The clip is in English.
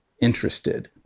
interested